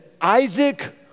Isaac